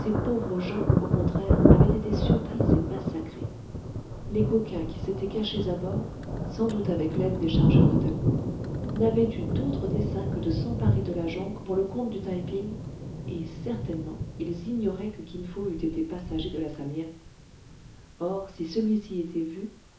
pauvres gens au contraire avaient été surpris et massacrés les coquins qui s'étaient cachés à bord sans doute avec l'aide des chargeurs de takou n'avaient eu d'autre dessein que de s'emparer de la jonque pour le compte du taï ping et certainement ils ignoraient que kin fo eût été passager de la sam yep or si celui-ci était vu